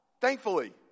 thankfully